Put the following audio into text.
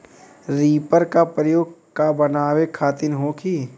Reaper का प्रयोग का बनावे खातिन होखि?